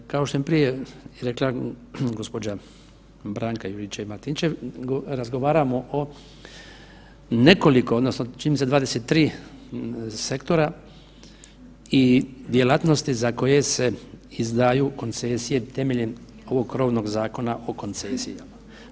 Kao što je prije rekla gospođa Branka Juričev Martinčev razgovaramo o nekoliko odnosno čini mi se 23 sektora i djelatnosti za koje se izdaju koncesije temeljem ovog krovnog Zakona o koncesiji.